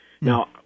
Now